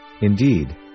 Indeed